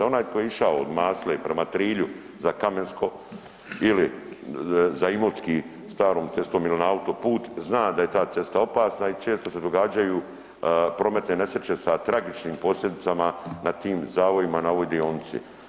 Onaj ko je išao od Masle prema Trilju za Kamensko ili za Imotski starom cestom il na autoput zna da je ta cesta opasna i često se događaju prometne nesreće sa tragičnim posljedicama na tim zavojima na ovoj dionici.